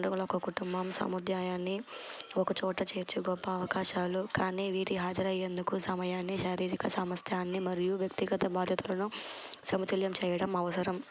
పండుగలు ఒక కుటుంబం సముదాయాన్ని ఒక చోట చేర్చు గొప్ప అవకాశాలు కానీ వీటి హాజరయ్యందుకు సమయాన్ని శారీరిక సమన్వయాన్ని మరియు వ్యక్తిగత బాధ్యతలను సమతుల్యం చేయడం అవసరం